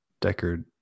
Deckard